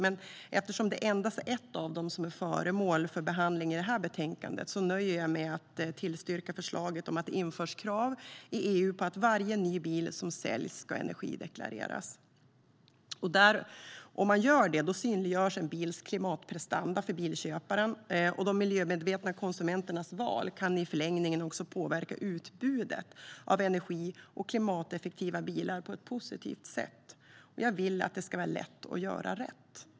Men eftersom endast ett av dem är föremål för behandling i detta betänkande nöjer jag mig med att yrka bifall till förslaget om att det införs krav inom EU på att varje ny bil som säljs ska energideklareras. Om man gör det synliggörs en bils klimatprestanda för bilköparen. De miljömedvetna konsumenternas val kan då i förlängningen påverka utbudet av energi och klimateffektiva bilar på ett positivt sätt. Jag vill att det ska vara lätt att göra rätt.